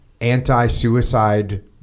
anti-suicide